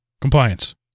Compliance